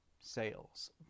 Sales